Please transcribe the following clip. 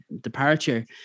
departure